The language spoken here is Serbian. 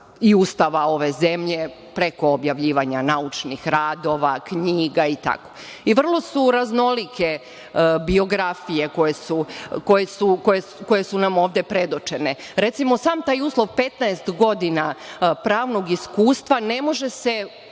u Ustava ove zemlje, preko objavljivanja naučnih radova, knjiga i tako. Vrlo su raznolike biografije koje su nam ovde predočene. Recimo, sam taj uslov 15 godina pravnog iskustva ne može se,